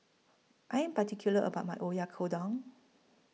I Am particular about My Oyakodon